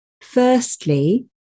Firstly